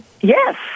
yes